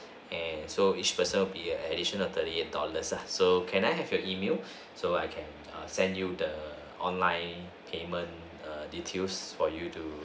and so each person will be an additional thirty eight dollars ah so can I have your email so I can err send you the online payment err details for you to